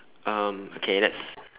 um okay let's